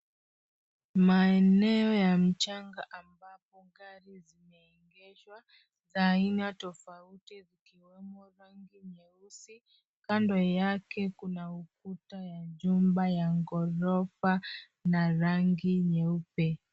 Maeneo ya mchanga ambapo gari zimeegeshwa za aina tofauti zikiwemo rangi nyeusi kando yake kuna ukuta ya jumba ya ghorofa na rangi nyeupe